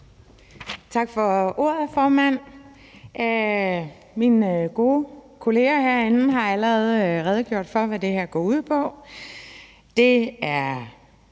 Tak for ordet, formand. Mine gode kolleger herinde har allerede redegjort for, hvad det her går ud på.